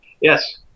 Yes